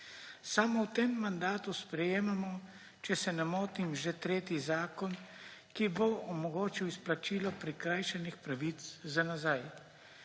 Samo v tem mandatu sprejemamo, če se ne motim, že tretji zakon, ki bo omogočil izplačilo prikrajšanih pravic za nazaj.